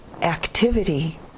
activity